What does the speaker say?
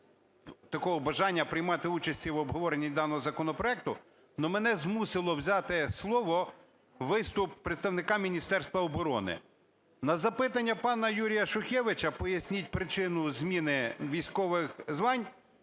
такого бажання приймати участь в обговоренні даного законопроекту, но мене змусив взяти слово виступ представника Міністерства оборони. На запитання пана Юрію Шухевича "поясність причину зміни військових звань"